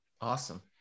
Awesome